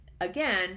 Again